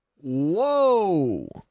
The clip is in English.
Whoa